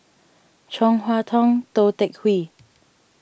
Chong Hua Tong Tou Teck Hwee